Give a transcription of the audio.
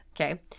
Okay